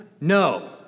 no